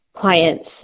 clients